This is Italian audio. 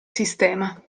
sistema